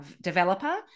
developer